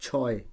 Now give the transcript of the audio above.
ছয়